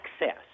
access